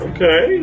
Okay